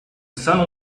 sun